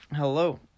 Hello